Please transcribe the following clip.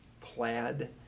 plaid